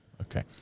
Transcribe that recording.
Okay